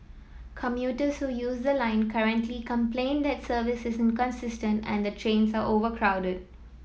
commuters who use the line currently complain that services is inconsistent and that trains are overcrowded